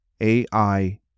ai